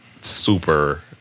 super